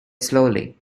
slowly